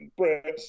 brits